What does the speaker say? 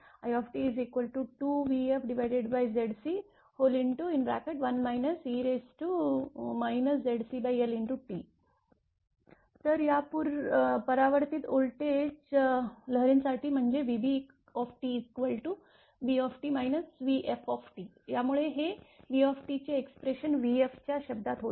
it2vfZc1 e ZcLt तर परावर्तित voltage लहरींसाठी म्हणजे vbtvt vf त्यामुळे हे v चे एक्सप्रेशन vf च्या शब्दात होते